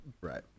right